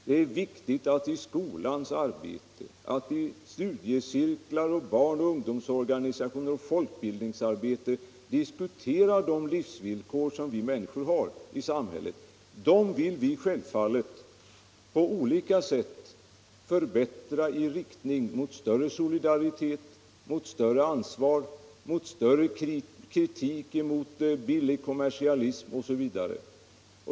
Det är viktigt att i skolans arbete, i studiecirklar, i barnoch ungdomsorganisationer och folkbildningsarbetet diskutera de livsvillkor som vi människor har i samhället. Dem vill vi självfallet på olika sätt förbättra i riktning mot större solidaritet, större ansvar, större kritik mot billig kommersialism osv.